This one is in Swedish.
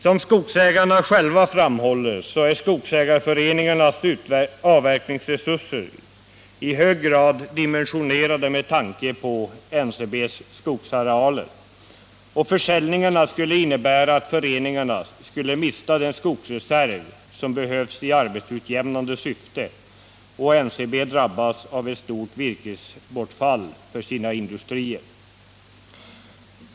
Som skogsägarna själva framhåller är skogsägarföreningarnas avverkningsresurser i hög grad dimensionerade med tanke på NCB:s skogsarealer, och försäljningarna skulle innebära att föreningarna skulle mista den skogsreserv som behövs i arbetsutjämnande syfte och NCB drabbas av ett stort virkesbortfall för sina industrier.